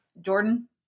Jordan